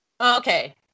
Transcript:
Okay